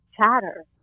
chatter